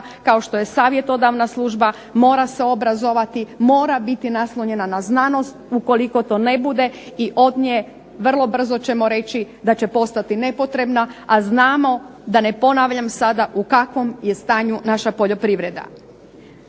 kao što je savjetodavna služba mora se obrazovati, mora biti naslonjena na znanost. Ukoliko to ne bude i od nje vrlo brzo ćemo reći da će postati nepotrebna, a znamo da ne ponavljam sada u kakvom je stanju naša poljoprivreda.